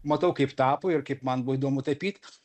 matau kaip tapo ir kaip man buvo įdomu tapyt